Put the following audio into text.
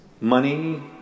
money